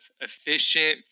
efficient